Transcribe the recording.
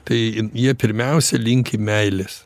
tai jie pirmiausia linki meilės